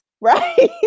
right